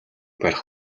барих